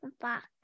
box